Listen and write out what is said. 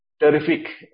Terrific